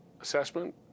assessment